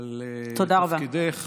על תפקידך.